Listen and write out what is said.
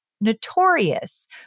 notorious